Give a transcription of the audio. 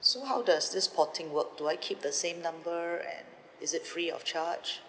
so how does this porting work do I keep the same number at is it free of charge